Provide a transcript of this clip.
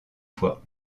fois